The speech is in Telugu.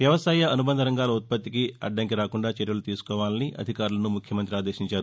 వ్యవసాయ అనుబంధ రంగాల ఉత్పత్తికి అడ్డంకి రాకుండా చర్యలు తీసుకోవాలని అధికారులను ముఖ్యమంత్రి ఆదేశించారు